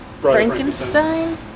Frankenstein